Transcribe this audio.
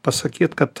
pasakyt kad